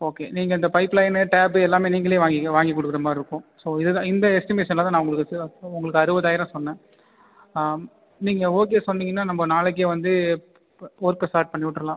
okay நீங்கள் இந்த pipe லைன்னு டேப்பு எல்லாமே நீங்களே வாங்கிக் வாங்கி கொடுக்குறமாரி இருக்கும் ஸோ இது தான் இந்த எஸ்டிமேஷனில் தான் நான் உங்களுக்கு உங்களுக்கு அறுபதாயிரம் சொன்னேன் ஆ நீங்கள் ஓகே சொன்னிங்கன்னா நம்ப நாளைக்கே வந்து ஒர்க்கை ஸ்டார்ட் பண்ணிவிட்ரலாம்